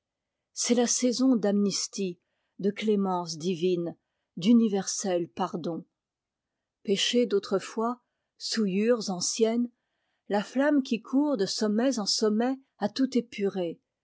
c'est la saison d'amnistie de clémence divine d'universel pardon péchés d'autrefois souillures anciennes la flamme qui court de sommets en sommets a tout épuré